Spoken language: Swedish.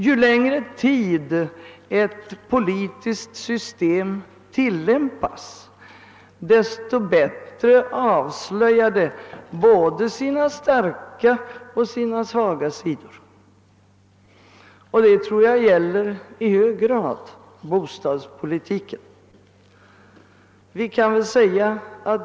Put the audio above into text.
Ju längre tid ett politiskt system tilllämpas, desto bättre avslöjar det både sina starka och sina svaga sidor. Det tror jag i hög grad gäller bostadspolitiken.